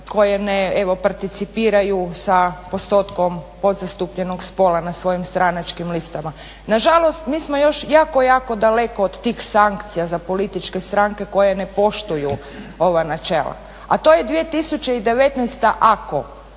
koje ne, evo participiraju sa postotkom podzastupljenog spola na svojim stranačkim listama. Na žalost, mi smo još jako, jako daleko od tih sankcija za političke stranke koje ne poštuju ova načela. A to je 2019. ako,